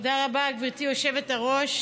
תודה רבה, גברתי היושבת-ראש.